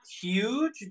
huge